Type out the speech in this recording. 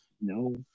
No